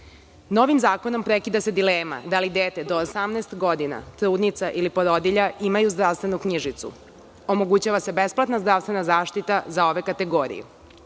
dece. Novim zakonom prekida se dilema da li dete do 18 godina, trudnica ili porodilja imaju zdravstvenu knjižicu, omogućava se besplatna zdravstvena zaštita za ove kategorije.